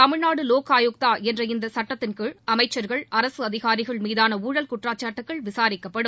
தமிழ்நாடு லோக் ஆயுக்தா என்ற இந்த சட்டத்தின் கீழ் அமைச்சர்கள் அரசு அதிகாரிகள் மீதான ஊழல் குற்றச்சாட்டுகள் விசாரிக்கப்படும்